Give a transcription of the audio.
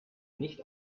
nicht